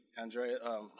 Andrea